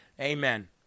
amen